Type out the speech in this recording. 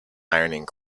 ironing